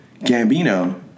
Gambino